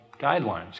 guidelines